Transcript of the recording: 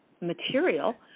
material